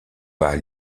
pas